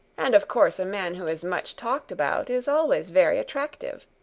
and of course a man who is much talked about is always very attractive.